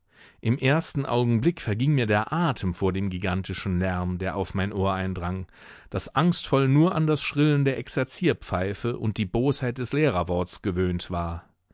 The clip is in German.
im ersten augenblick verging mir der atem vor dem gigantischen lärm der auf mein ohr eindrang das angstvoll nur an das schrillen der exerzierpfeife und die bosheit des lehrerworts gewöhnt war